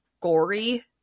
gory